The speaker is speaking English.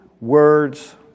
words